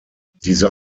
diese